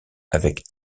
avec